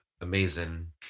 Amazing